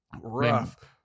rough